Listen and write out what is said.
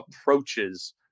approaches